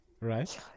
right